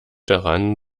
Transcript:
daran